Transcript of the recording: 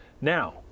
now